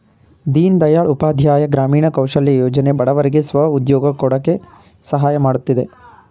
ದೀನ್ ದಯಾಳ್ ಉಪಾಧ್ಯಾಯ ಗ್ರಾಮೀಣ ಕೌಶಲ್ಯ ಯೋಜನೆ ಬಡವರಿಗೆ ಸ್ವ ಉದ್ಯೋಗ ಕೊಡಕೆ ಸಹಾಯ ಮಾಡುತ್ತಿದೆ